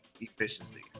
efficiency